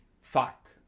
fuck